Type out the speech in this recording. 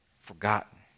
forgotten